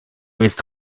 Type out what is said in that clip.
jest